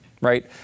right